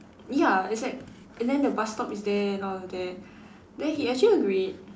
ya it's like and then the bus stop is there and all of that then he actually agreed